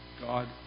God